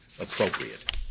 appropriate